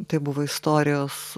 tai buvo istorijos